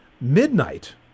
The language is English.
Midnight